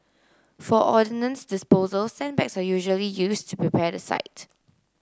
for ordnance disposal sandbags are usually used to prepare the site